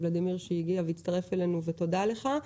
ולדימיר שהגיע והצטרף אלינו ותודה לך,